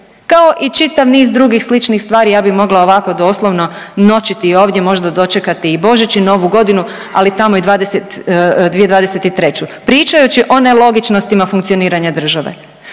kao i čitav niz drugih sličnih stvari. Ja bih mogla ovako doslovno noćiti ovdje možda dočekati i Božić i Novu godinu ali tamo i 2023. pričajući o nelogičnostima funkcioniranja države.